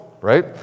right